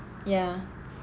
yeah